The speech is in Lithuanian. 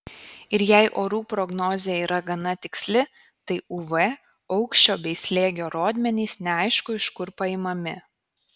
ir jei orų prognozė yra gana tiksli tai uv aukščio bei slėgio rodmenys neaišku iš kur paimami